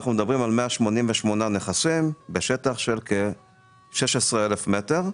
אנחנו מדברים על כ-188 נכסים בשטח של כ-16,000 מטר.